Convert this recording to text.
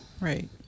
right